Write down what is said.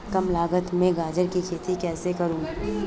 कम लागत में गाजर की खेती कैसे करूँ?